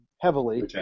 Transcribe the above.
heavily